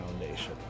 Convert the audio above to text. Foundation